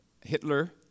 Hitler